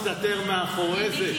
מה מסתתר מאחורי זה.